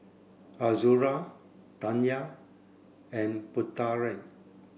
Azura Dayang and Putera